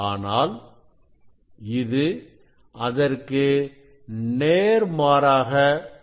ஆனால் இது அதற்கு நேர்மாறாக இருக்கிறது